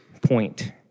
point